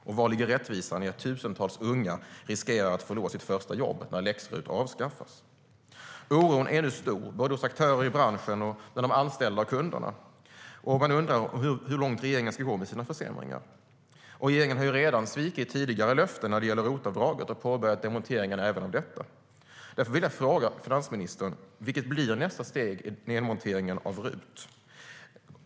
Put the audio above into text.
Och var ligger rättvisan i att tusentals unga riskerar att förlora sitt första jobb när läx-RUT avskaffas? Oron är stor både hos aktörer i branschen och hos de anställda och kunderna. Man undrar hur långt regeringen ska gå med sina försämringar. Regeringen har redan svikit tidigare löften när det gäller ROT-avdraget och påbörjat demonteringen även av det. Därför vill jag fråga finansministern: Vilket blir nästa steg i nedmonteringen av RUT?